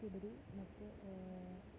ഉപരി മറ്റു